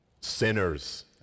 sinners